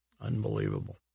Unbelievable